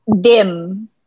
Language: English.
Dim